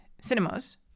cinemas